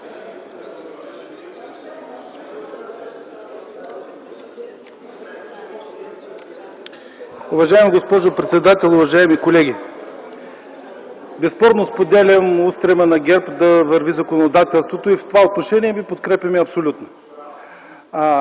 Уважаема госпожо председател, уважаеми колеги! Безспорно споделям устрема на ГЕРБ да върви законодателството и в това отношение ви подкрепяме абсолютно.